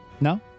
no